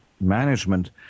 management